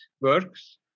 works